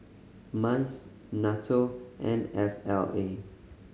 MICE NATO and S L A